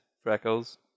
freckles